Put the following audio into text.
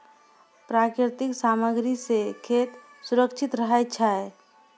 प्राकृतिक सामग्री सें खेत सुरक्षित रहै छै